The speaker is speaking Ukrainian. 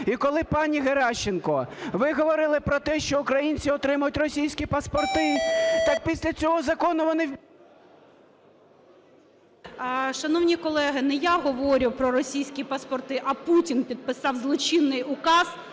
І коли, пані Геращенко, ви говорили про те, що українці отримують російській паспорти, так після цього закону вони… ГОЛОВУЮЧИЙ. Шановні колеги, не я говорю про російські паспорти, а Путін підписав злочинний указ